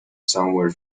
somewhere